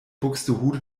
buxtehude